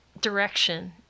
direction